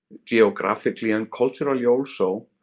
geographically and culturally also.